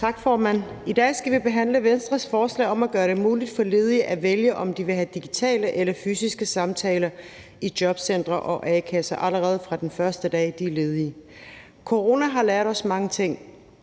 I dag skal vi behandle Venstres forslag om at gøre det muligt for ledige at vælge, om de vil have digitale eller fysiske samtaler i jobcentre og a-kasser allerede fra den første dag, de er ledige. Coronaen har lært os mange ting,